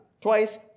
Twice